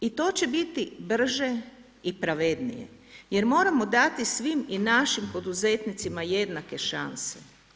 I to će biti brže i pravednije jer moramo dati svim i našim poduzetnicima jednake šanse.